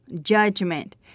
judgment